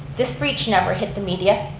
this breach never hit the media.